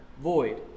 void